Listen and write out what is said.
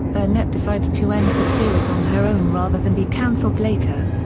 burnett decided to end the series on her own rather than be canceled later.